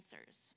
answers